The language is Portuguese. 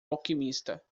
alquimista